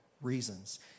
reasons